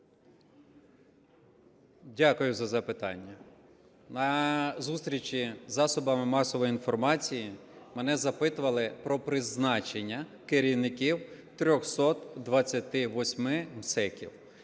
Дякую за запитання. На зустрічі з засобами масової інформації мене запитували про призначення керівників 328 МСЕК.